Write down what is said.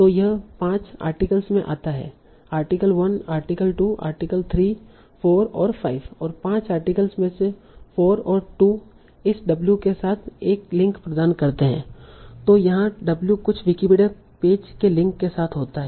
तो यह पांच Refer Time 2019 आर्टिकल्स में आता है आर्टिकल 1 आर्टिकल 2 आर्टिकल 3 4 और 5 और पांच आर्टिकल्स में से 4 और 2 इस w के साथ एक लिंक प्रदान करते हैं तो जहाँ w कुछ विकिपीडिया पेज के लिंक के साथ होता है